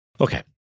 Okay